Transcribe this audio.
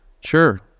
Sure